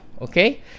okay